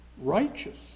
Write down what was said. righteous